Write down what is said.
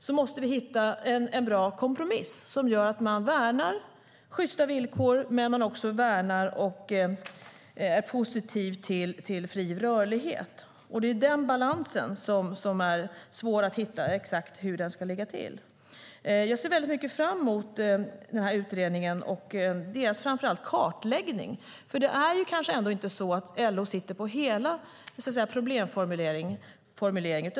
Då måste vi hitta en bra kompromiss som gör att man värnar sjysta villkor men också värnar och är positiv till fri rörlighet. Det är den balansen som är svår att hitta. Jag ser mycket fram emot utredningen och framför allt kartläggningen. Det är kanske ändå inte så att LO sitter på hela problemformuleringen.